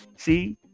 see